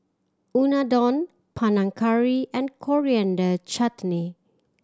Unadon Panang Curry and Coriander Chutney